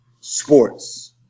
sports